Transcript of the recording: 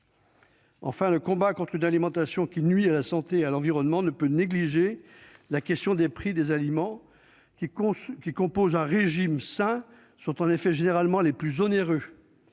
offre. Le combat contre une alimentation qui nuit à la santé et à l'environnement ne peut pas négliger la question des prix. Les aliments qui composent un régime sain sont en effet généralement les plus onéreux.